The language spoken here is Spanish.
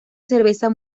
cerveza